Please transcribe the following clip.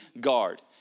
guard